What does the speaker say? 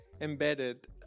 embedded